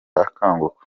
akanguka